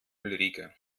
ulrike